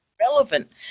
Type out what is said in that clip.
relevant